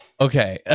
Okay